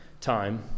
time